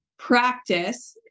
Practice